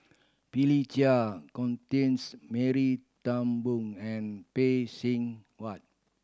Philip Chia Constance Mary Turnbull and Phay Seng Whatt